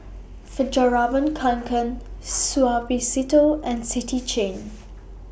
Fjallraven Kanken Suavecito and City Chain